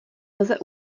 lze